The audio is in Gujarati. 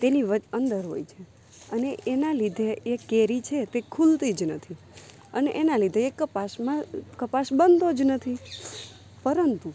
તેની અંદર હોય છે અને એના લીધે એ કેરી છે તે ખૂલતી જ નથી અને એના લીધે એ કપાસમાં કપાસ બનતો જ નથી પરંતુ